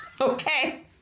Okay